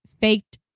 faked